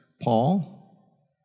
Paul